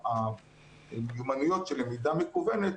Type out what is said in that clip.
המיומנויות של למידה מקוונת,